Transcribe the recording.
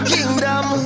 Kingdom